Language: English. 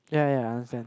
ya ya ya I understand